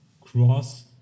cross